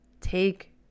take